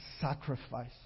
sacrifice